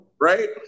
Right